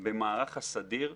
במערך הסדיר.